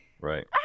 right